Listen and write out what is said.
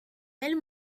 del